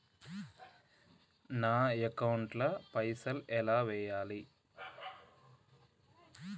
నా అకౌంట్ ల పైసల్ ఎలా వేయాలి?